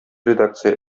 редакция